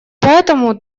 поэтому